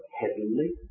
heavenly